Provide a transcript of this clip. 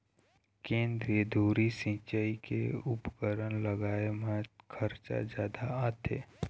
केंद्रीय धुरी सिंचई के उपकरन लगाए म खरचा जादा आथे